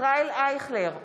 ישראל אייכלר,